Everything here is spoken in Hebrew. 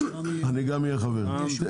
אני גם אהיה חבר בה.